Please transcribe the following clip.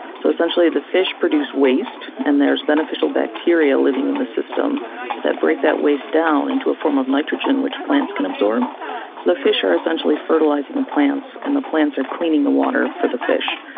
so essentially the fish produce waste and there's beneficial bacteria living in the system that break that waste down into a form of nitrogen which plants can absolve. so the fish are essentially fertilising the plants and the plants are cleaning the water for the fish.